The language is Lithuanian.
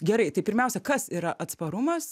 gerai tai pirmiausia kas yra atsparumas